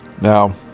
now